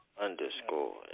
underscore